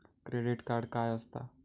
Credit card काय असता?